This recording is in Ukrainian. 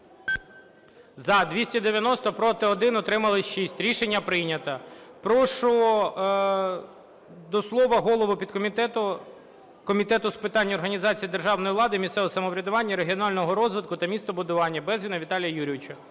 За – 281, проти – 1, утрималось – 6. Рішення прийнято. Слово надається голові підкомітету з питань організації державної влади і місцевого самоврядування, регіонального розвитку та містобудування Безгіну Віталію Юрійовичу.